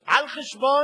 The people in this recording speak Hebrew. על חשבון